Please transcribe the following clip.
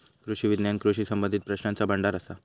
कृषी विज्ञान कृषी संबंधीत प्रश्नांचा भांडार असा